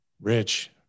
Rich